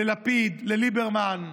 ללפיד, לליברמן,